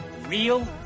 real